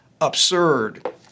absurd